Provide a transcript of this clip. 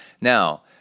Now